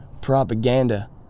Propaganda